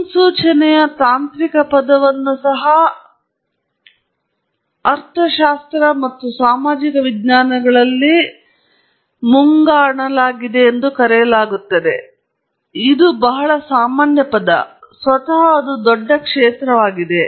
ಮುನ್ಸೂಚನೆಯ ತಾಂತ್ರಿಕ ಪದವನ್ನು ಸಹ ಅರ್ಥಶಾಸ್ತ್ರ ಮತ್ತು ಸಾಮಾಜಿಕ ವಿಜ್ಞಾನಗಳಲ್ಲಿ ಮುಂಗಾಣಲಾಗಿದೆ ಎಂದು ಕರೆಯಲಾಗುತ್ತದೆ ಇದು ಬಹಳ ಸಾಮಾನ್ಯ ಪದ ಮತ್ತು ಅದು ಸ್ವತಃ ಒಂದು ದೊಡ್ಡ ಕ್ಷೇತ್ರವಾಗಿದೆ